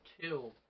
two